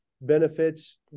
benefits